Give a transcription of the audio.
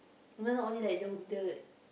know not only that the the